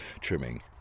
trimming